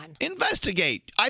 investigate